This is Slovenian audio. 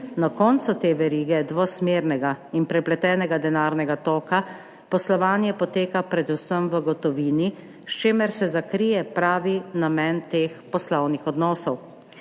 Na koncu te verige dvosmernega in prepletenega denarnega toka poslovanje poteka predvsem v gotovini, s čimer se zakrije pravi namen teh poslovnih odnosov.